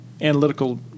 analytical